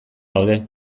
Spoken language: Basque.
daude